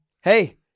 Hey